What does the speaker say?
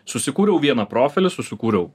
susikūriau vieną profilį susikūriau